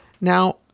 Now